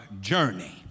journey